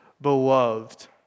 beloved